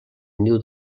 niu